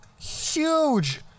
huge